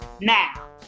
now